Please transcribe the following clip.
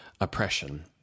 oppression